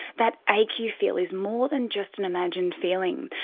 that ache you feel is more than just an imagined feeling.